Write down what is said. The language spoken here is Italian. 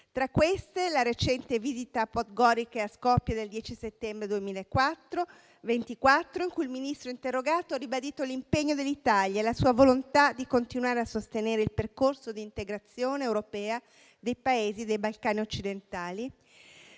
citare la recente visita a Podgorica e a Skopje del 10 settembre 2024, in cui il Ministro interrogato ha ribadito l'impegno dell'Italia e la sua volontà di continuare a sostenere il percorso di integrazione europea dei Paesi dei Balcani occidentali.